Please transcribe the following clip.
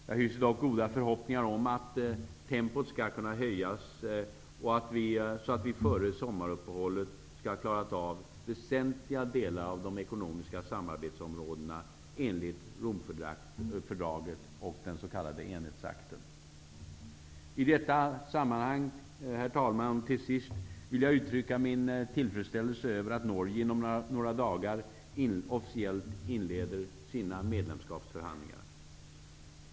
Jag hyser dock goda förhoppningar om att tempot skall kunna höjas i förhandlingsarbetet, så att vi före sommaruppehållet skall ha klarat av väsentliga delar av de ekonomiska samarbetsområdena enligt I detta sammanhang vill jag uttrycka min tillfredsställelse över att Norge inom några dagar officiellt inleder sina medlemskapsförhandlingar.